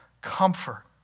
comfort